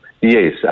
yes